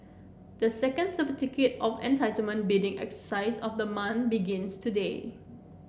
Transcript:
the second Certificate of Entitlement bidding exercise of the month begins today